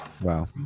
Wow